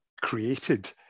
created